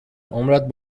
عمرت